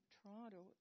Toronto